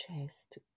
chest